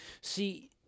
See